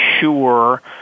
sure